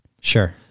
Sure